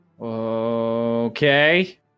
Okay